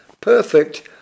perfect